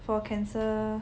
for cancer